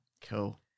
Cool